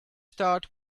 start